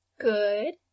Good